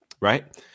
right